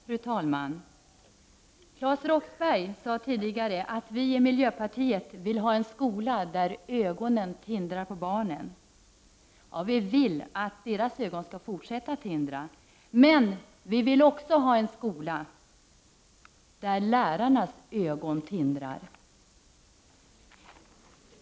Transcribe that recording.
Fru talman! Claes Roxbergh sade tidigare att vi i miljöpartiet vill ha en skola där ögonen tindrar på barnen. Vi vill att barnens ögon skall fortsätta att tindra. Men vi vill också ha en skola där lärarnas ögon tindrar.